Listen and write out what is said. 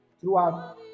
throughout